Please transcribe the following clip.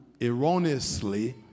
erroneously